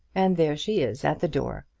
and there she is at the door.